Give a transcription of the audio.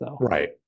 Right